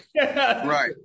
right